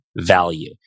value